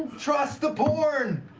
trust the porn.